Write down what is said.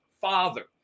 father